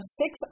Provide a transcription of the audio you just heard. six